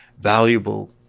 valuable